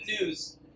news